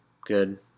good